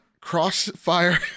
Crossfire